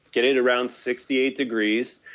get it around sixty eight degrees,